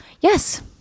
Yes